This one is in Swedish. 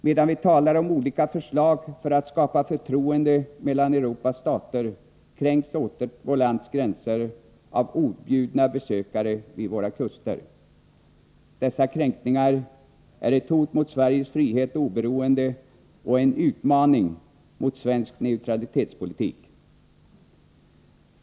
Medan vi talar om olika förslag för att skapa förtroende mellan Europas stater kränks åter vårt lands gränser av objudna besökare vid våra kuster. Dessa kränkningar är ett hot mot Sveriges frihet och oberoende och en utmaning mot svensk neutralitetspolitik.